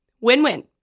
Win-win